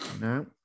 No